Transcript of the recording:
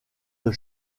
des